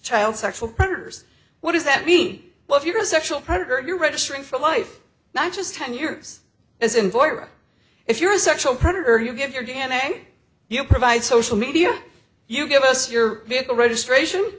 child sexual predators what does that mean well if you're a sexual predator you're registering for life not just ten years as in virus if you're a sexual predator you give your d n a you provide social media you give us your vehicle registration